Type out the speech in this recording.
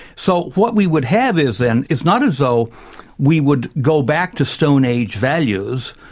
so what we would have is then, it's not as though we would go back to stone age values,